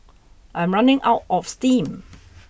I'm running out of steam